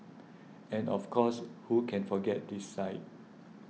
and of course who can forget this sight